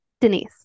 denise